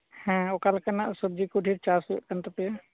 ᱦᱮᱸ ᱚᱠᱟᱞᱮᱠᱟᱱᱟᱜ ᱥᱚᱵᱡᱤ ᱠᱩ ᱰᱷᱤᱨ ᱪᱟᱥ ᱦᱩᱭᱩᱜ ᱠᱟᱱᱛᱟᱯᱮᱭᱟ